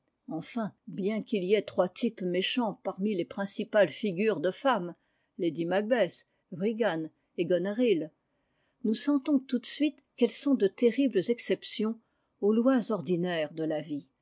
enfin bien qu'il y ait trois types méchants parmi les principales figures de femmes lady macbeth regan et goneril nous sentons tout de suite qu'elles sont de terribles exceptionsaux loisordinaires de lavie